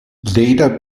later